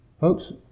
Folks